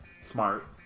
smart